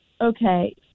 okay